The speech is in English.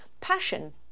passion